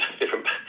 different